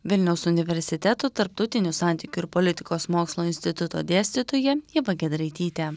vilniaus universiteto tarptautinių santykių ir politikos mokslo instituto dėstytoja ieva giedraitytė